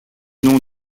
nom